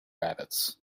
rabbits